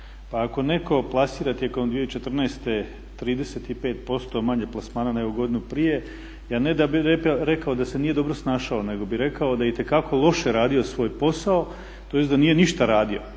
Pa ako netko plasira tijekom 2014. 35% manje plasmana nego godinu prije, ja ne da bih rekao da se nije dobro snašao nego bi rekao da je itekako loše radio svoj posao, tj. da nije ništa radio.